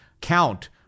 count